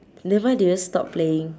then why did you stop playing